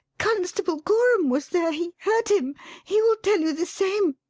constable gorham was there he heard him he will tell you the same.